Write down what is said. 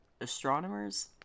astronomers